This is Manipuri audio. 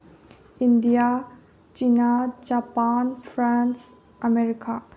India China Japan France America